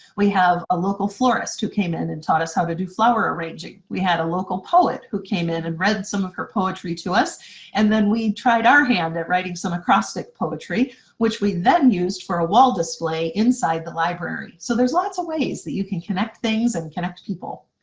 we have a local florist who came in and taught us how to do flower arranging. we had a local poet who came in and read some of her poetry to us and then we tried our hand at writing some acrostic poetry which we then used for a wall display inside the library. so there's lots of ways that you can connect things and connect people.